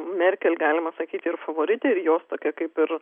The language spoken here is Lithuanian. merkel galima sakyti ir favoritė ir jos tokia kaip ir